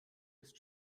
ist